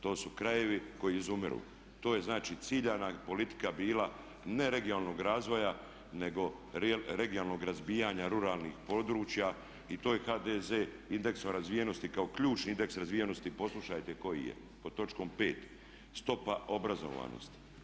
To su krajevi koji izumiru, to je znači ciljana politika bila ne regionalnog razvoja nego regionalnog razbijanja ruralnih područja i to je HDZ indeksom razvijenosti kao ključni indeks razvijenosti poslušajte koji je pod točkom 5. stopa obrazovanosti.